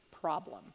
problem